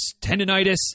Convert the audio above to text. tendonitis